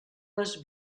les